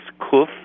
Kuf